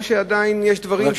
או שעדיין יש דברים,